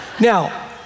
Now